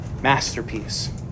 masterpiece